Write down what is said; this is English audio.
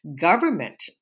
government